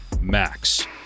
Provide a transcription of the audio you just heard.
max